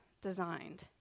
designed